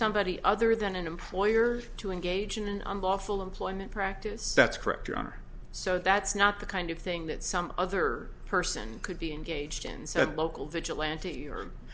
somebody other than an employer to engage in an unlawful employment practice that's correct your honor so that's not the kind of thing that some other person could be engaged in said local vigilante